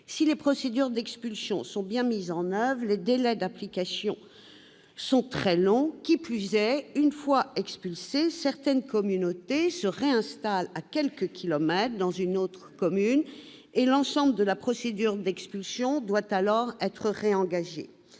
Si les procédures d'expulsion sont bien mises en oeuvre, les délais d'application sont très longs. Qui plus est, une fois expulsées, certaines communautés se réinstallent à quelques kilomètres, dans une autre commune, et la procédure d'expulsion doit alors être réengagée